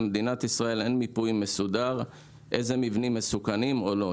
במדינת ישראל אין מיפוי מסודר איזה מבנים מסוכנים או לא.